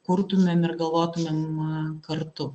kurtumėm ir galvotumėm a kartu